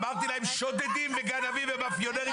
אמרתי להם: שודדים וגנבים ומאפיונרים,